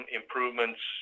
improvements